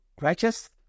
righteous